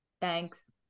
Thanks